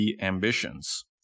ambitions